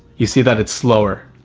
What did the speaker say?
you see that it's slower.